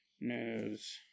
news